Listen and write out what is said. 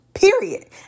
Period